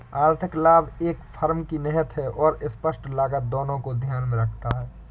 आर्थिक लाभ एक फर्म की निहित और स्पष्ट लागत दोनों को ध्यान में रखता है